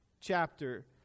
chapter